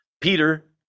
Peter